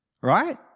right